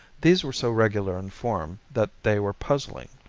these were so regular in form that they were puzzling.